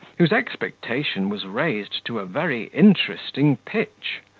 whose expectation was raised to a very interesting pitch.